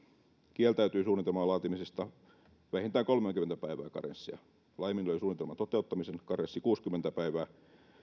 kieltäytyi suunnitelman laatimisesta vähintään kolmekymmentä päivää karenssia laiminlöi suunnitelman toteuttamisen karenssi kuusikymmentä päivää